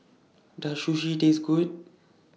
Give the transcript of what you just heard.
Does Sushi Taste Good